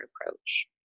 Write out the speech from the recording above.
approach